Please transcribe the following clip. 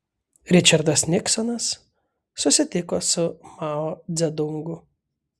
ričardas niksonas susitiko su mao dzedungu